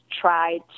try